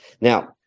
Now